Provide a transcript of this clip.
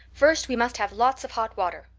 first we must have lots of hot water.